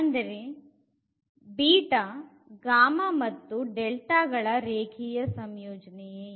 ಅಂದರೆ ಗಳ ರೇಖೀಯ ಸಂಯೋಜನೆಯೇ